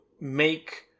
make